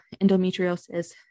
endometriosis